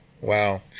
wow